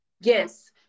Yes